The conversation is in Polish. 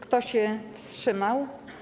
Kto się wstrzymał?